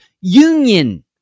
union